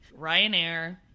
Ryanair